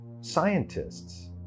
scientists